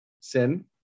sin